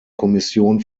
kommission